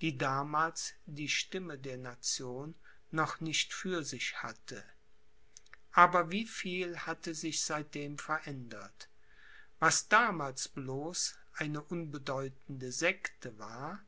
die damals die stimme der nation noch nicht für sich hatte aber wie viel hatte sich seitdem verändert was damals bloß eine unbedeutende sekte war